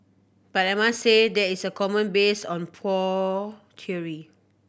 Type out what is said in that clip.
but I must say there is a comment based on pure theory